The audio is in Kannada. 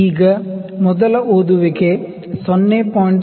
ಈಗ ಮೊದಲ ರೀಡಿಂಗ್ 0